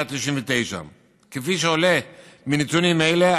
199. כפי שעולה מנתונים אלה,